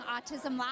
Autism